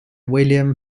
william